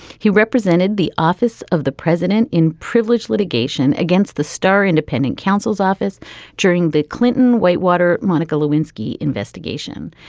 he represented the office of the president in privilage litigation against the starr independent counsel's office during the clinton whitewater monica lewinsky investigation.